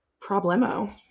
problemo